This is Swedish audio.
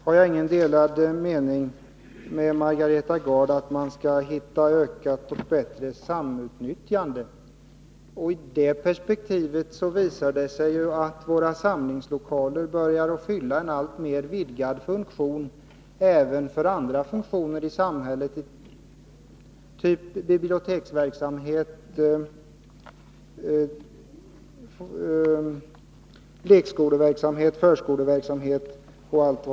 Fru talman! När det gäller att man skall försöka få ett ökat och bättre samutnyttjande av lokalerna har Margareta Gard och jag inte några delade meningar. I det perspektivet visar det sig att våra samlingslokaler börjar få en alltmer vidgad funktion även för andra verksamheter i samhället, t.ex. för biblioteksverksamhet, lekskoleverksamhet och förskoleverksamhet.